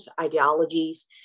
ideologies